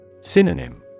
Synonym